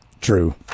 true